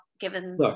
given